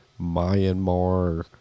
Myanmar